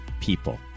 people